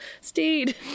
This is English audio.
Steed